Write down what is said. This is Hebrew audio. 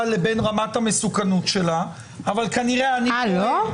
לבין רמת המסוכנות שלה אבל כנראה שלא.